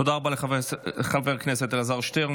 תודה רבה לחבר הכנסת אלעזר שטרן.